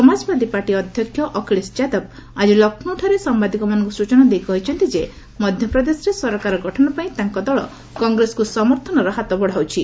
Samajwadi party ଅଧ୍ୟକ୍ଷ ଅଖିଳେଶ ଯାଦବ ଆଜି ଲକ୍ଷ୍ମୌଠାରେ ସାମ୍ଭାଦିକମାନଙ୍କୁ ସୂଚନା ଦେଇ କହିଛନ୍ତି ଯେ ମଧ୍ୟପ୍ରଦେଶରେ ସରକାର ଗଠନ ପାଇଁ ତାଙ୍କ ଦଳ କଂଗ୍ରେସକୁ ସମର୍ଥନର ହାତ ବଢ଼ାଉଛି